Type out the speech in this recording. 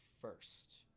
first